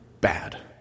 bad